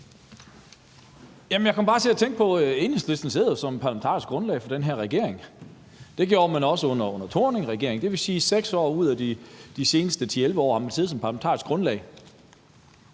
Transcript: Jeg kom bare til at tænke på, at Enhedslisten jo sidder som parlamentarisk grundlag for den her regering. Det gjorde man også under Thorningregeringen. Det vil sige, at 6 år ud af de seneste 10-11 år har man siddet som parlamentarisk grundlag.